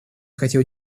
хотел